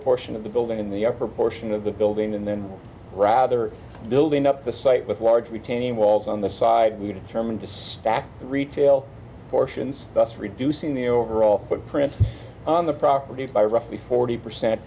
portion of the building in the upper portion of the building and then rather building up the site with large retaining walls on the side we determine to stack retail portions thus reducing the overall footprint on the property by roughly forty percent